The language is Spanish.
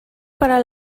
para